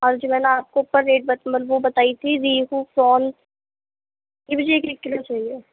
اور جو میں نے آپ کو مطلب وہ بتائی تھی ریہو فورمس یہ بھی مجھے ایک ایک کیلو چاہیے